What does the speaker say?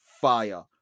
fire